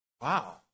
wow